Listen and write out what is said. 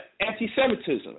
anti-Semitism